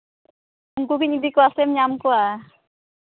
ᱩᱱᱠᱩ ᱜᱤᱧ ᱤᱫᱤ ᱠᱚᱣᱟ ᱥᱮᱢ ᱧᱟᱢ ᱠᱚᱣᱟ